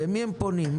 למי הם פונים?